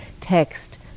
text